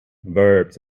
verbs